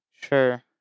Sure